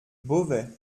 beauvais